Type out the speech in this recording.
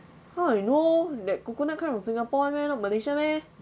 how I know that coconut come from singapore [one] meh not malaysia meh